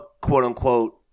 quote-unquote